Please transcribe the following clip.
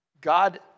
God